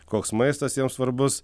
koks maistas jiems svarbus